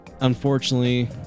unfortunately